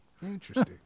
Interesting